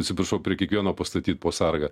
atsiprašau prie kiekvieno pastatyt po sargą